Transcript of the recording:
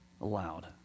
allowed